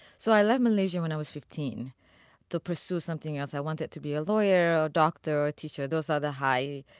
so i left malaysia when i was fifteen to pursue something else. i wanted to be a lawyer, a doctor or a teacher. those were the high,